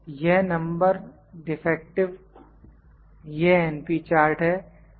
यह number defective यह np chart है